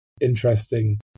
interesting